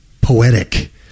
poetic